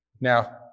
Now